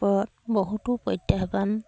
ওপৰত বহুতো প্ৰত্যাহ্বান